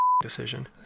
decision